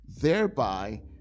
thereby